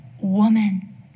woman